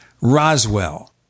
Roswell